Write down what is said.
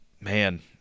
man